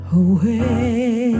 away